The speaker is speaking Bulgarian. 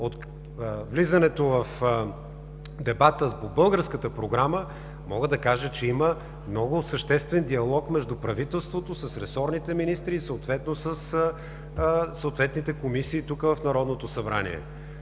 От влизането в дебата по българската програма, мога да кажа, че има много съществен диалог между правителството с ресорните министри и съответно с комисиите, тук в Народното събрание.